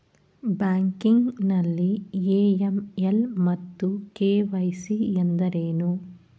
Banking ನಲ್ಲಿ AML ಮತ್ತು KYC ಎಂದರೇನು?